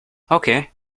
okay